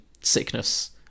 sickness